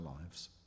lives